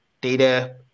Data